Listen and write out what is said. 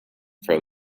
from